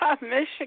Michigan